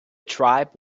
tribe